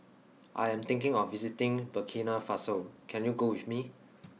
I am thinking of visiting Burkina Faso can you go with me